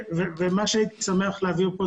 מה שהייתי שמח להעביר כאן,